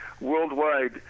worldwide